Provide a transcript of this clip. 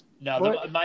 No